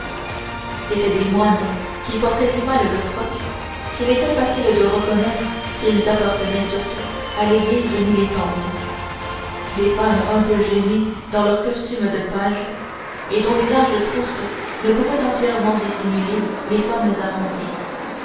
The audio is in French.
c'étaient des moines qui portaient si mal le froc qu'il était facile de reconnaître qu'ils appartenaient surtout à l'église militante des femmes un peu gênées dans leurs costumes de pages et dont les larges trousses ne pouvaient entièrement dissimuler les formes arrondies